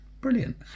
Brilliant